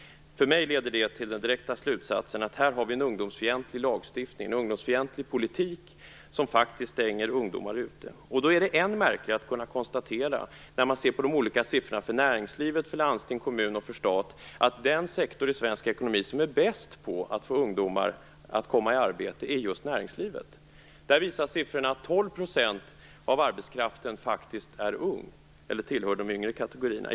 För mig leder det till den direkta slutsatsen att vi har en ungdomsfientlig lagstiftning och en ungdomsfientlig politik som faktiskt stänger ungdomar ute. Då är det än märkligare att kunna konstatera när man ser på de olika siffrorna för näringslivet, landsting, kommuner och stat, att den sektor i svensk ekonomi som är bäst på att få ungdomar i arbete är just näringslivet. Siffrorna visar att 12 % av arbetskraften faktiskt är ung eller tillhör de yngsta kategorierna.